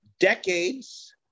decades